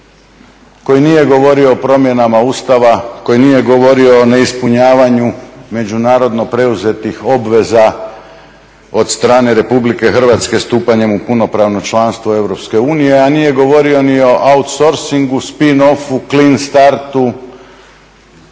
koji nije govorio o promjenama Ustava, koji nije govorio o neispunjavanju međunarodno preuzetih obveza od strane Republike Hrvatske stupanjem u punopravno članstvo EU, a nije govorio ni o outsourcingu, spin off, clean start